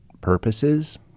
purposes